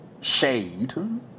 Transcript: shade